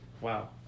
wow